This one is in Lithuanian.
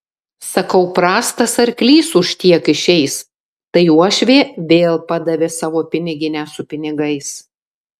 sakau prastas arklys už tiek išeis tai uošvė vėl padavė savo piniginę su pinigais